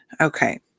okay